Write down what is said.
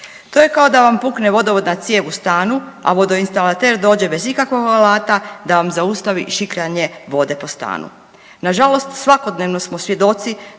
To je kao da vam pukne vodovodna cijev u stanu, a vodoinstalater dođe bez ikakvog alata da vam zaustavi šikljanje vode po stanu. Na žalost, svjedoci smo da